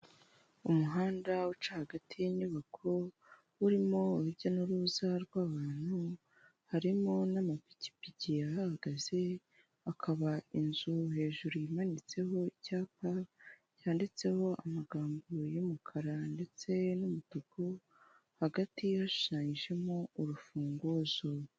Umuhanda uca hagati y'inyubako, urimo urujya n'uruza rw'abantu, harimo n'amapikipiki ahahagaze, hakaba inzu hejuru imanitseho icyapa cyanditseho amagambo y'umukara ndetse n'umutuku, hagati hashushanyijemo urufunguzo.